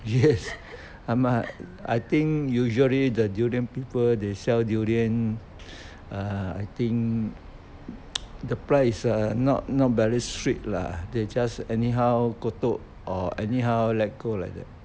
yes uh but I think usually the durian people they sell durian uh I think the price uh not very sweet lah they just anyhow kotok or anyhow let go like that